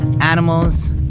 animals